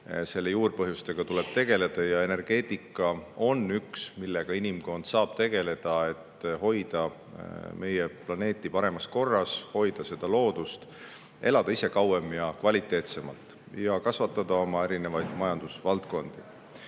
Selle juurpõhjustega tuleb tegeleda. Ja energeetika on üks asi, millega inimkond saab tegeleda, et hoida meie planeeti paremas korras, et hoida loodust, elada ise kauem ja kvaliteetsemalt ning kasvatada oma majandusvaldkondi.